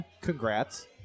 Congrats